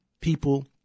people